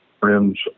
Friends